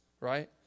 right